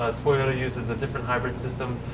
ah toyota uses a different hybrid system